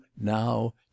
now